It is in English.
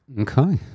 Okay